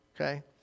okay